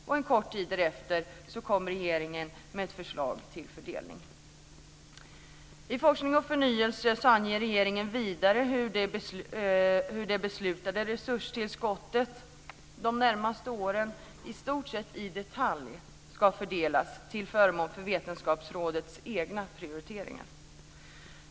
Och en kort tid därefter kom regeringen med ett förslag till fördelning. I Forskning och förnyelse anger regeringen vidare hur det beslutade resurstillskottet de närmaste åren i stort sett i detalj ska fördelas till förmån för Vetenskapsrådets egna prioriteringar.